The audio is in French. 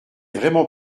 vraiment